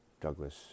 Douglas